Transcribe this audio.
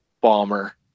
bomber